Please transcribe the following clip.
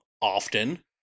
often